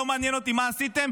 לא מעניין אותי מה עשיתם,